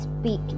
speak